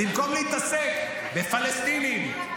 במקום להתעסק בפלסטינים,